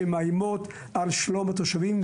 שמאיימות על שלום התושבים,